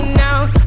now